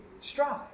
strive